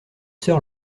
soeurs